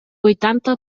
huitanta